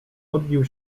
odbił